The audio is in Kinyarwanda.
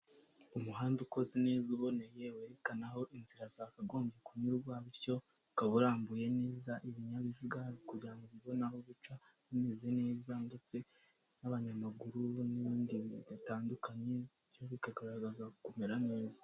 Umuhanda ukoze neza uboneye, werekana aho inzira zakagombye kunyurwa, bityo ukaba urambuye neza, ibinyabiziga kugira ngo bibone aho bica bimeze neza ndetse n'abanyamaguru n'ibindi bintu bidatandukanye, byo bikagaragaza kumera neza.